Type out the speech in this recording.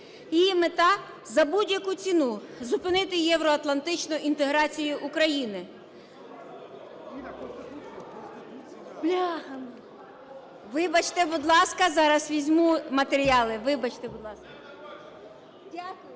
Її мета – за будь-яку ціну зупинити євроатлантичну інтеграцію України…